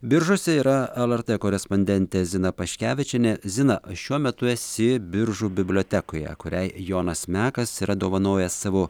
biržuose yra lrt korespondentė zina paškevičienė zina šiuo metu esi biržų bibliotekoje kuriai jonas mekas yra dovanojęs savo